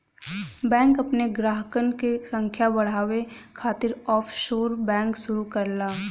bank अपने ग्राहकन क संख्या बढ़ावे खातिर ऑफशोर बैंक शुरू करला